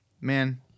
man